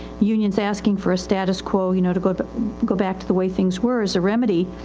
union is asking for a status quo, you know, to go to, go back to the way things were as a remedy.